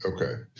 Okay